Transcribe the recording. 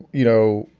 you know,